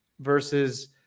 versus